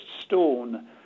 stone